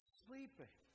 sleeping